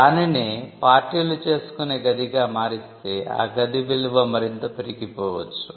దానినే పార్టీలు చేసుకునే గదిగా మారిస్తే ఆ గది విలువ మరింత పెరిగిపోవచ్చు